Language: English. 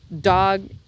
dog